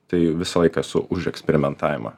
tai visą laiką esu už eksperimentavimą